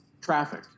traffic